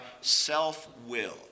self-will